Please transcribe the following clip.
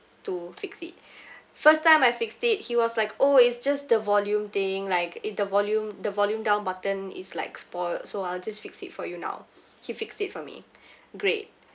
to fix it first time I fixed it he was like oh it's just the volume thing like it the volume the volume down button is like spoiled so I'll just fix it for you now he fixed it for me great